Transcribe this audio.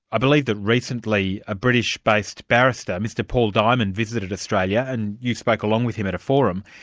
i believe that recently a british-based barrister, mr paul diamond, visited australia and you spoke along with him at a forum,